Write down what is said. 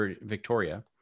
Victoria